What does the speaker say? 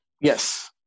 Yes